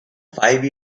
five